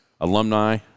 alumni